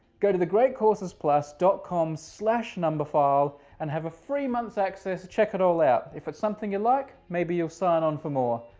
go to thegreatcoursesplus dot com slash numberphile and have a free month's access, check it all out. if it's something you like, maybe you'll sign on for more.